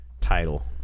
title